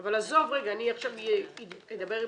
אבל אני עכשיו אדבר בשמן.